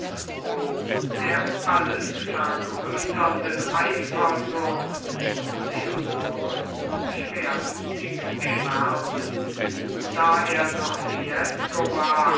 o der alles vergrößernden eifersucht leonore schwermütig schwärmend da er noch fiesco war